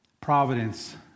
providence